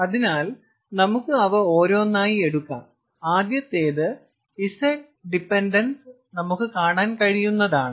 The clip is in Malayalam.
അതിനാൽ നമുക്ക് അവ ഓരോന്നായി എടുക്കാം ആദ്യത്തേത് Z ഡിപെൻഡൻസ് നമുക്ക് കാണാൻ കഴിയുന്നതാണ്